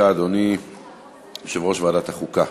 התשע"ד 2014,